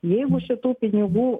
jeigu šitų pinigų